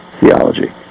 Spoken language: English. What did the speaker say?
theology